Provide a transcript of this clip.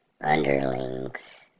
underlings